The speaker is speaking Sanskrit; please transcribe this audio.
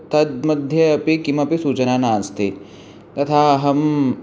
तद् मध्ये अपि किमपि सूचना नास्ति तथा अहम्